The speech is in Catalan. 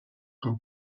amb